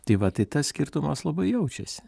tai va tai tas skirtumas labai jaučiasi